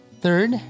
Third